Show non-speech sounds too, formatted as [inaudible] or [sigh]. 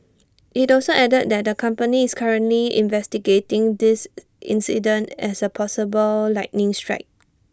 [noise] IT also added that the company is currently investigating this [noise] incident as A possible lightning strike